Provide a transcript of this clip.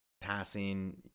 passing